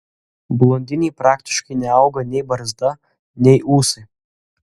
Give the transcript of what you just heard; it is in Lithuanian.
blondinei praktiškai neauga nei barzda nei ūsai